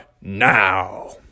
now